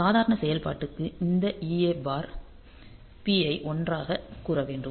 சாதாரண செயல்பாட்டிற்கு இந்த EA bar P ஐ 1 ஆகக் கூற வேண்டும்